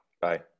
Bye